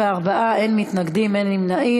בעד, 34, אין מתנגדים, אין נמנעים.